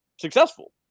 successful